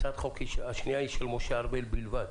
הצעת החוק השנייה היא של משה ארבל בלבד,